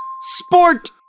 Sport